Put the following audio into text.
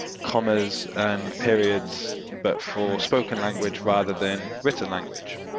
commas and periods but for spoken language rather than written language